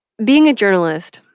being a journalist,